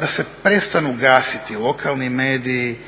da se prestanu gasiti lokalni mediji,